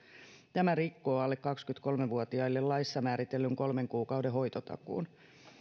tämä rikkoo alle kaksikymmentäkolme vuotiaille laissa määritellyn kolmen kuukauden hoitotakuun